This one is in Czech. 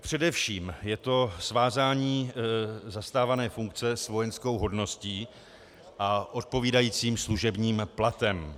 Především je to svázání zastávané funkce s vojenskou hodností a odpovídajícím služebním platem.